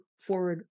forward